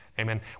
Amen